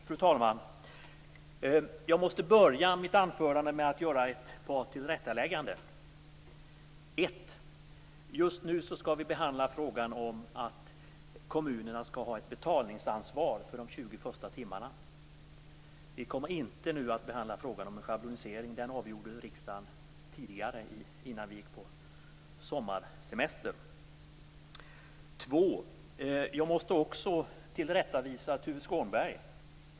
Fru talman! Jag måste börja mitt anförande med att göra ett par tillrättalägganden. För det första: Just nu skall vi behandla frågan om att kommunerna skall ha ett betalningsansvar för de första 20 timmarna. Vi kommer nu inte att behandla frågan om en schablonisering. Den frågan fattade riksdagen beslut om före sommaruppehållet. För det andra: Jag måste också tillrättavisa Tuve Skånberg.